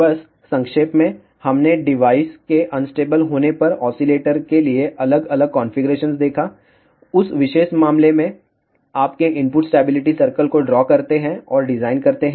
बस संक्षेप में हमने डिवाइस के अनस्टेबल होने पर ऑसीलेटर के लिए अलग अलग कॉन्फ़िगरेशन देखा उस विशेष मामले में आपके इनपुट स्टेबिलिटी सर्कल को ड्रा करते हैं और डिज़ाइन करते हैं